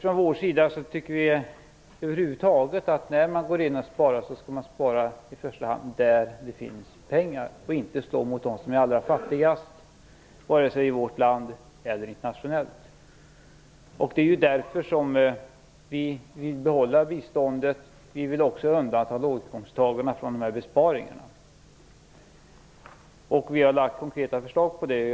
Vi i Miljöpartiet tycker över huvud taget att man när man går in och sparar i första hand skall göra det där det finns pengar och så att det inte slår mot dem som är allra fattigast vare sig i vårt land eller internationellt. Det är därför som vi vill behålla biståndet, och vi vill också undanta låginkomsttagarna från besparingarna. Vi har lagt fram konkreta förslag om detta.